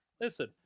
Listen